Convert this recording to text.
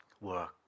work